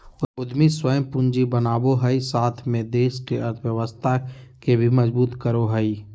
उद्यमी स्वयं पूंजी बनावो हइ साथ में देश के अर्थव्यवस्था के भी मजबूत करो हइ